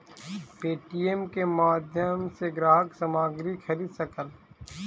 Paytm के माध्यम सॅ ग्राहक सामग्री खरीद सकल